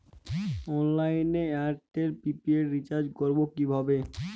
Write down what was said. অনলাইনে এয়ারটেলে prepaid recharge করবো কিভাবে?